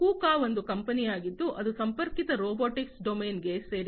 KUKA ಒಂದು ಕಂಪನಿಯಾಗಿದ್ದು ಇದು ಸಂಪರ್ಕಿತ ರೊಬೊಟಿಕ್ಸ್ ಡೊಮೇನ್ಗೆ ಸೇರಿದೆ